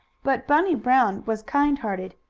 but bunny brown was kind-hearted.